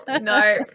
no